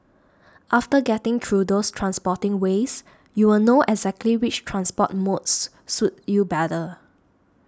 after getting through those transporting ways you'll know exactly which transport modes suit you better